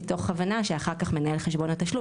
מתוך הבנה שאחר כך מנהל חשבון התשלום,